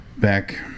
back